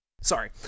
Sorry